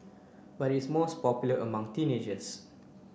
but it is most popular among teenagers